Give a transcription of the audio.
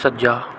ਸੱਜਾ